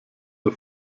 der